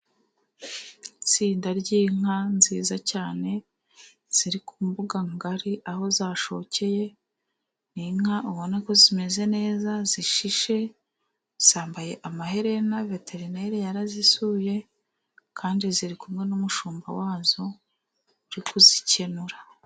Itsinda ry'inka nziza cyane, ziri ku mbuga ngari aho zashokeye. Ni inka ubona ko zimeze neza zishishe, zambaye amaherena, veterineri yarazisuye, kandi ziri kumwe n'umushumba wazo uri kuzikenura.